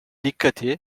dikkati